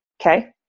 okay